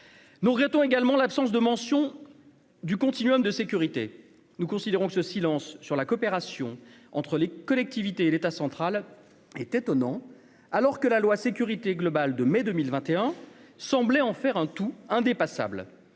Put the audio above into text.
nous regrettons également l'absence de mention du continuum de sécurité, nous considérons que ce silence sur la coopération entre les collectivités et l'État central est étonnant alors que la loi sécurité globale de mai 2021 semblait en faire un tout indépassable,